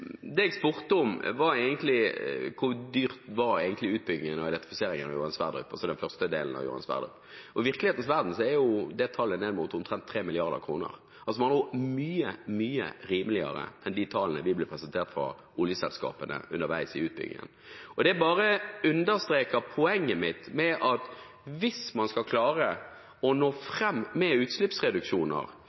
var egentlig: Hvor dyr var egentlig utbyggingen av elektrifiseringen av Johan Sverdrup, altså den første delen av Johan Sverdrup? I virkelighetens verden er det tallet ned mot omtrent 3 mrd. kr, altså mye, mye rimeligere enn de tallene vi ble presentert for fra oljeselskapene underveis i utbyggingen. Det bare understreker poenget mitt; hvis man skal klare å nå fram med utslippsreduksjoner,